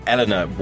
Eleanor